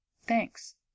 Thanks